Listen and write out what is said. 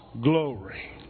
glory